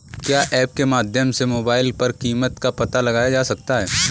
क्या ऐप के माध्यम से मोबाइल पर कीमत का पता लगाया जा सकता है?